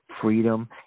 Freedom